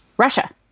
russia